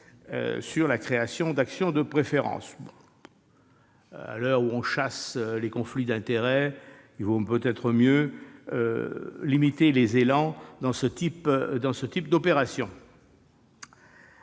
sur la création d'actions de préférence. À l'heure où l'on chasse les conflits d'intérêts, il vaut peut-être mieux, s'agissant de ce type d'opérations,